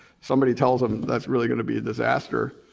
somebody tells him that's really gonna be a disaster,